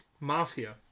Mafia